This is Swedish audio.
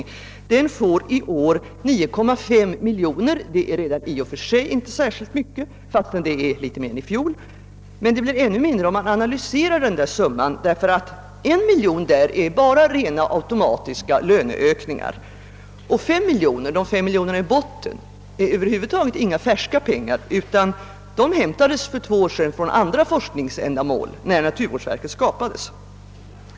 Den verksamheten får i år 9,5 miljoner kronor, vilket i och för sig inte är särskilt mycket, även om det är något mer än i fjol. Men summan blir ännu mindre om man analyserar den, ty 1 miljon kronor går till automatiska löneökningar och de 5 miljonerna i botten är inga »färska» pengar utan hämtades för två år sedan från anslag för andra forskningsändamål när naturvårdsverket skapades.